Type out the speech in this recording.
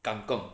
kang kong